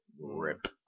Rip